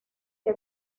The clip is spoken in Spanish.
que